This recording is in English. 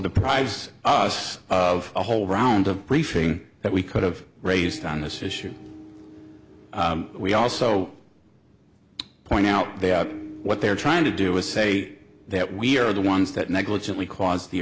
deprives us of a whole round of briefing that we could have raised on this issue we also point out they are what they're trying to do is say that we are the ones that negligently cause the